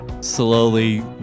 slowly